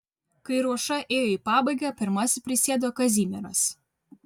kai ruoša ėjo į pabaigą pirmasis prisėdo kazimieras